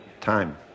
time